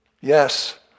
Yes